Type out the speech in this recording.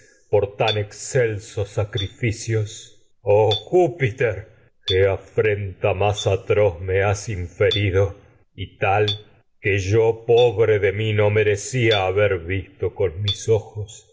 por tán excelsos sacrificios oh júpiter qué afrenta más atroz tal mis mé has inferido y que yo pobre de mi no merecía haber visto con ojos